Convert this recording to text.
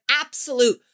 absolute